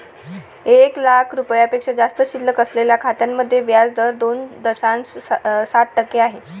एक लाख रुपयांपेक्षा जास्त शिल्लक असलेल्या खात्यांमध्ये व्याज दर दोन दशांश सात टक्के आहे